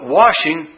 washing